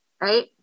Right